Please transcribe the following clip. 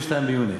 ב-22 ביוני,